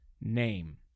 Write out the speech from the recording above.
name